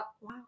Wow